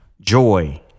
joy